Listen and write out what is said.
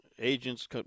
Agents